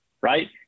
right